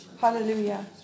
Hallelujah